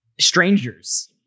strangers